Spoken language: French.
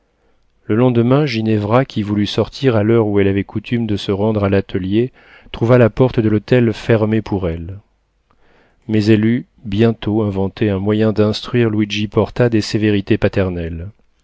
le lendemain ginevra qui voulut sortir à l'heure où elle avait coutume de se rendre à l'atelier trouva la porte de l'hôtel fermée pour elle mais elle eut bientôt inventé un moyen d'instruire luigi porta des sévérités paternelles